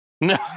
No